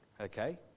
Okay